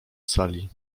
sali